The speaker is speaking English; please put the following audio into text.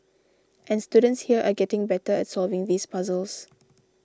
and students here are getting better at solving these puzzles